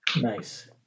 Nice